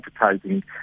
advertising